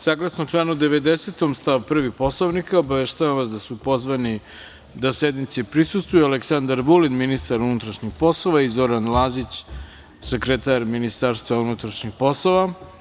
Saglasno članu 90. stav 1. Poslovnika obaveštavam vas da su pozvani da sednici prisustvuju Aleksandar Vulin, ministar unutrašnjih poslova, i Zoran Lazić, sekretar Ministarstva unutrašnjih poslova.